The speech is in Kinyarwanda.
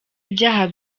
byaha